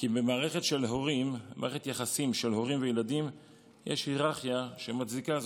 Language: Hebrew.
כי במערכת יחסים של הורים וילדים יש היררכיה שמצדיקה זאת.